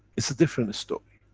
it's a different story.